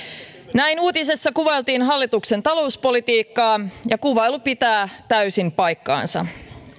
näin uutisissa kuvailtiin hallituksen talouspolitiikkaa ja kuvailu pitää täysin paikkaansa